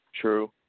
True